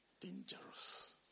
Dangerous